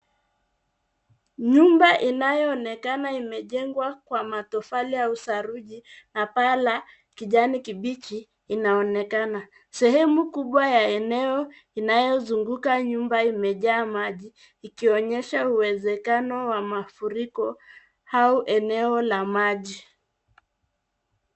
Nyumba inayoonekana imejengwa kwa matofali au saruji na paa la kijani kibichi inaonekana. Sehemu kubwa ya eneo inayozunguka nyumba imejaa maji ikionyesha uwezekano wa mafuriko au eneo la maji.